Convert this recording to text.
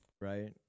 right